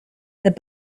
that